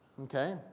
okay